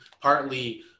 Partly